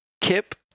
Kip